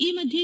ಈ ಮಧ್ಯೆ